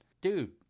dude